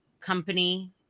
company